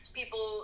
people